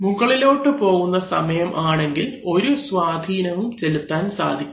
മുകളിലോട്ട് പോകുന്ന സമയം ആണെങ്കിൽ ഒരു സ്വാധീനവും ചെലുത്താൻ സാധിക്കില്ല